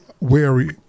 wary